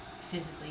physically